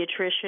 pediatrician